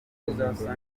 hazashyirwa